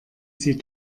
sie